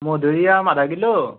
মধুৰিআম আধা কিলো